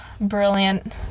brilliant